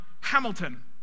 Hamilton